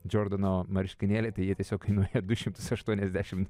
džordano marškinėliai tai jie tiesiog kainuoja du šimtus aštuoniasdešimt